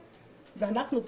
ואנחנו,